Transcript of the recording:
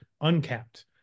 uncapped